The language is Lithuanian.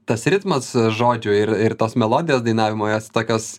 tas ritmas žodžių ir ir tos melodijos dainavimo jos tokios